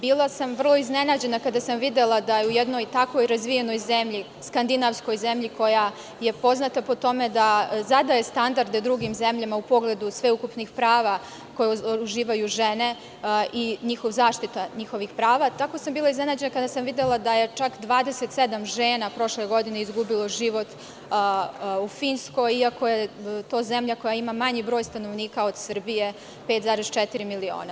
Bila sam vrlo iznenađena kada sam videla da u jednoj tako razvijenoj skandinavskoj zemlji, koja je poznata po tome da zadaje standarde drugim zemljama u pogledu sveukupnih prava koja uživaju žene i zaštita njihovih prava, tako sam bila iznenađena kada sam videla da je čak 27 žena prošle godine izgubilo život u Finskoj, iako je to zemlja koja ima manji broj stanovnika od Srbije, 5,4 miliona.